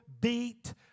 beat